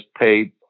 paid